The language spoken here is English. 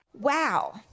Wow